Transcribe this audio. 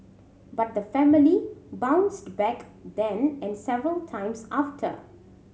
but the family bounced back then and several times after